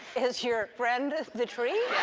is your friend the tree?